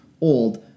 old